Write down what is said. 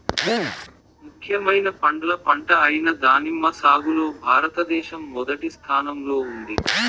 ముఖ్యమైన పండ్ల పంట అయిన దానిమ్మ సాగులో భారతదేశం మొదటి స్థానంలో ఉంది